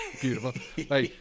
Beautiful